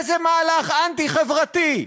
איזה מהלך אנטי-חברתי.